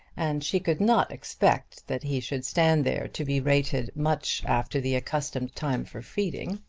and she could not expect that he should stand there to be rated much after the accustomed time for feeding.